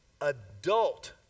adult